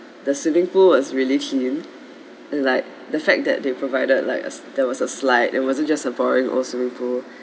the swimming pool was really chill like the fact that they provided like a there was a slide there wasn't just a boring old swimming pool